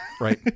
Right